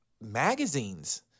magazines